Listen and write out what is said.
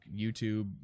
youtube